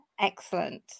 excellent